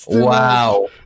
Wow